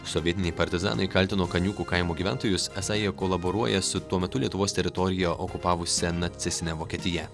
sovietiniai partizanai kaltino kaniūkų kaimo gyventojus esą jie kolaboruoja su tuo metu lietuvos teritoriją okupavusia nacistine vokietija